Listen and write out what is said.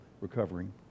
recovering